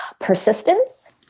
persistence